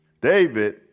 David